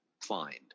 find